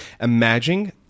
imagine